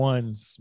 One's